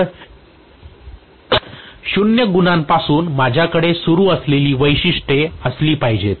तर 0 गुणांपासून माझ्याकडे सुरु असलेली वैशिष्ट्ये असली पाहिजेत